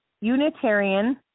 unitarian